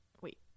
wait